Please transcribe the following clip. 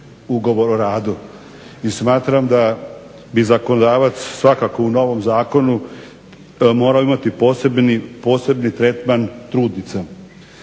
ugovor o radu. I smatram da bi zakonodavac svakako u novom zakonu morao imati posebni tretman trudnica.